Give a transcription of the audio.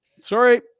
sorry